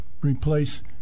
replace